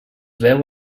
veu